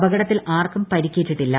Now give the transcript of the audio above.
അപകടത്തിൽ ആർക്കും പരിക്കേറ്റിട്ടില്ല